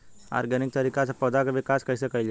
Organic तरीका से पौधा क विकास कइसे कईल जाला?